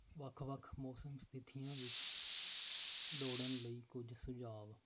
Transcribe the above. ਵੱਖ ਵੱਖ ਮੌਸਮ ਸਥਿਤੀਆਂ ਵਿੱਚ ਦੌੜਨ ਲਈ ਕੁਝ ਸੁਝਾਅ